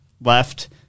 left